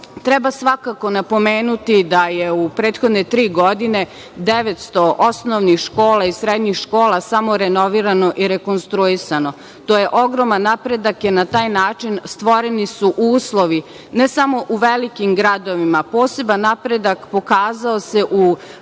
svakako napomenuti da je u prethodne tri godine 900 osnovnih škola i srednjih škola, samo renovirano i rekonstruisano. To je ogroman napredak, jer na taj način stvoreni su uslovi, ne samo u velikim gradovima, poseban napredak pokazao se u